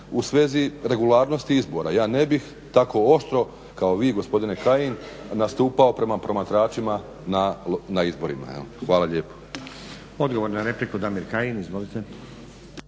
u svezi regularnosti izbora. Ja ne bih tako oštro kao vi gospodine Kajin nastupao prema promatračima na izborima. Hvala lijepo.